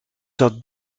zat